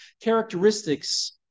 characteristics